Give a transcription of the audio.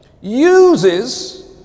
uses